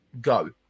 go